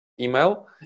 email